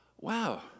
wow